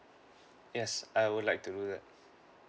yes I would like to do that